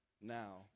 now